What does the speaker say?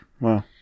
Wow